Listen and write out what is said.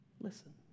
Listen